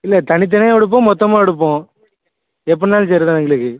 இல்லை தனி தனியாக எடுப்போம் மொத்தமாக எடுப்போம் எப்படின்னாலும் சரிதான் எங்களுக்கு